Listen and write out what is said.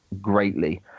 greatly